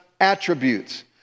attributes